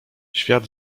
świat